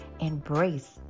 Embrace